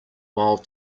while